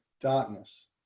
darkness